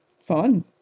fun